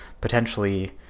potentially